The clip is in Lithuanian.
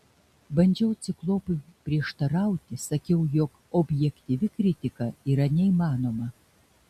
bandžiau ciklopui prieštarauti sakiau jog objektyvi kritika yra neįmanoma